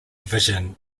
vision